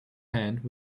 hand